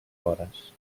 hores